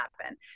happen